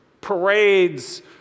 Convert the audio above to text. parades